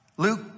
Luke